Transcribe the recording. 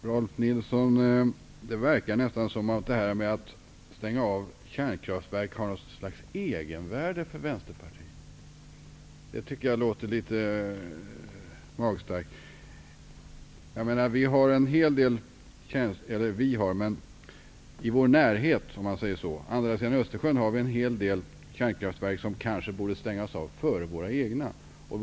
Herr talman! Det verkar nästan, Rolf Nilson, som om detta att stänga av kärnkraftverk har något slags egenvärde för Vänsterpartiet. Det tycker jag låter litet magstarkt. I vår närhet, på andra sidan Östersjön, finns det en hel del kärnkraftverk som kanske borde stängas av före våra egna.